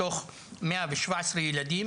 מתוך 117 ילדים,